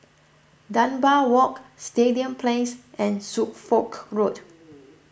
Dunbar Walk Stadium Place and Suffolk Road